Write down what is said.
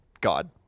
God